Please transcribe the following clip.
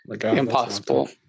impossible